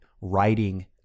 writing